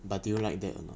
but do you like that or not